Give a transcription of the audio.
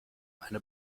eine